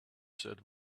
said